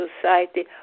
Society